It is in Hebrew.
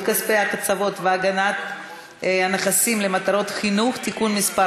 כספי הקצבות והגנת הנכסים למטרות חינוך) (תיקון מס'